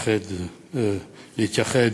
להתייחד